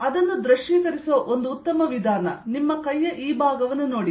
ಅದನ್ನು ದೃಶ್ಯೀಕರಿಸುವ ಒಂದು ಉತ್ತಮ ವಿಧಾನ ನಿಮ್ಮ ಕೈಯ ಈ ಭಾಗವನ್ನು ನೋಡಿ